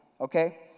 okay